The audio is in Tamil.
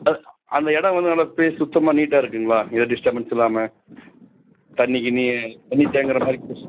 அ அந்த இடம் வந்து நல்ல ப்ளேஸ் சுத்தமாக நீட்டாக இருக்குதுங்களா எந்த டிஸ்ட்டபன்ஸும் இல்லாமல் தண்ணி கிண்ணி தண்ணி தேங்குகிற மாதிரி கொசு